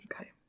okay